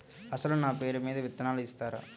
అసలు నా పేరు మీద విత్తనాలు ఇస్తారా?